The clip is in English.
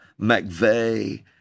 McVeigh